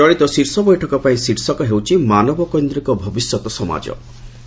ଚଳିତ ଶୀର୍ଷ ବୈଠକ ପାଇଁ ଶୀର୍ଷକ ହେଉଛି 'ମାନବ କୈନ୍ଦ୍ରୀକ ଭବିଷ୍ୟତ ସମାଜ'